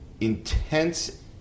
intense